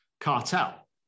cartel